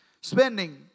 Spending